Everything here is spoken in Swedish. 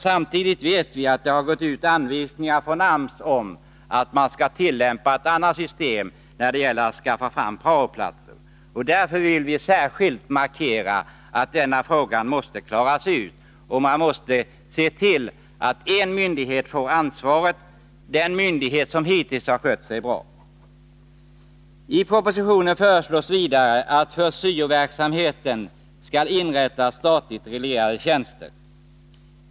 Samtidigt vet vi att det har gått ut anvisningar från AMS om att man skall tillämpa ett annat system när det gäller att skaffa fram praoplatser. Därför vill vi särskilt markera att denna fråga måste klaras ut. Man måste se till att en myndighet får ansvaret — den myndighet som hittills skött sig bra. I propositionen föreslås vidare att det för syo-verksamheten skall inrättas statligt reglerade tjänster.